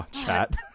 chat